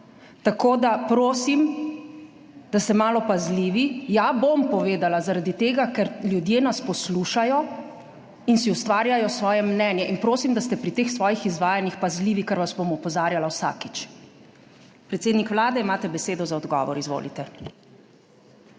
Tako da prosim, da ste malo pazljivi …/ oglašanje iz dvorane/ Ja, bom povedala, zaradi tega, ker ljudje nas poslušajo in si ustvarjajo svoje mnenje. In prosim, da ste pri teh svojih izvajanjih pazljivi, ker vas bom opozarjala vsakič. Predsednik Vlade, imate besedo za odgovor. Izvolite.